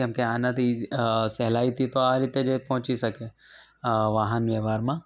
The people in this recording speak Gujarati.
કેમકે આનાથી ઈજ સહેલાઈથી તો આ રીતે જ એ પહોંચી શકે વાહનવ્યવહારમાં